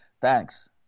thanks